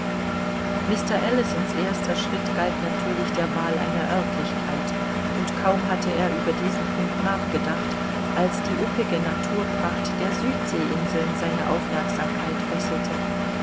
mr ellisons erster schritt galt natürlich der wahl einer örtlichkeit und kaum hatte er über diesen punkt nachgedacht als die üppige naturpracht der südsee inseln seine aufmerksamkeit fesselte